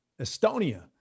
Estonia